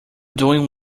doing